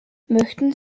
möchten